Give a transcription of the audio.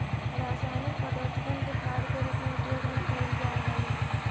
रासायनिक पदर्थबन के खाद के रूप में उपयोग न कयल जा हई